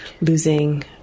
losing